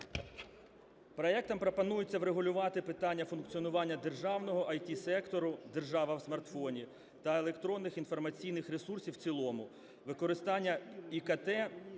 Проектом пропонується врегулювати питання функціонування державного ІТ-сектора, "Держава в смартфоні", та електронних інформаційних ресурсів в цілому, використання